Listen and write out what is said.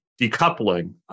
decoupling